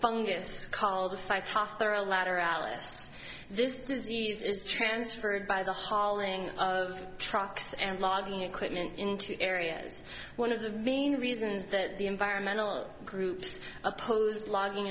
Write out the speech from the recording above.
alice this disease is transferred by the hauling of trucks and logging equipment into areas one of the main reasons that the environmental groups opposed logging